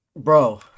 Bro